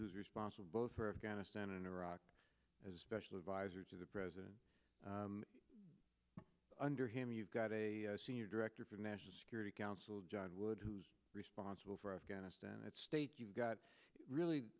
is responsible for afghanistan and iraq as special advisor to the president under him you've got a senior director for national security council john wood who's responsible for afghanistan at state you've got really